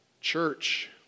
Church